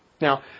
Now